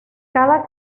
cada